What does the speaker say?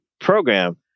program